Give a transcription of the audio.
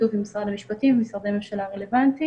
בשיתוף עם משרד המשפטים ומשרדי הממשלה הרלוונטיים.